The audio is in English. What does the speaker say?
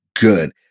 good